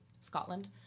Scotland